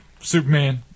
Superman